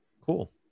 Cool